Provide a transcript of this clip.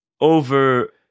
over